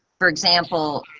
for example,